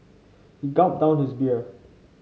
he gulped down his beer